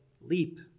leap